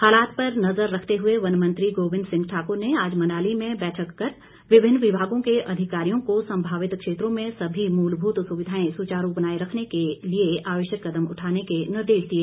हालात पर नजर रखते हुए वन मंत्री गोबिंद सिंह ठाकुर ने आज मनाली में बैठक कर विभिन्न विभागों के अधिकारियों को संभावित क्षेत्रों में सभी मूलभूत सुविधाएं सुचारू बनाए रखने के लिए आवश्यक कदम उठाने के निर्देश दिए